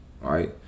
right